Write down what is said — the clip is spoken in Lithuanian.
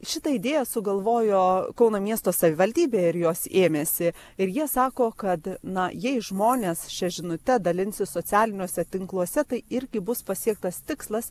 šitą idėją sugalvojo kauno miesto savivaldybė ir jos ėmėsi ir jie sako kad na jei žmonės šia žinute dalinsis socialiniuose tinkluose tai irgi bus pasiektas tikslas